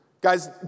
guys